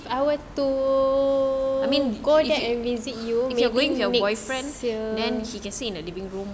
I would to go there and visit you maybe next year